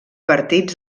partits